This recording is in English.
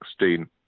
2016